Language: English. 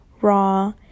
raw